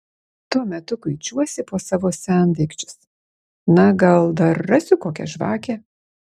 tuo metu kuičiuosi po savo sendaikčius na gal dar rasiu kokią žvakę